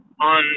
on